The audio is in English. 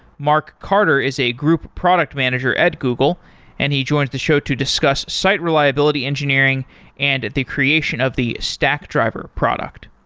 mark carter is a group product manager at google and he joins the show to discuss site reliability engineering and the creation of the stackdriver product.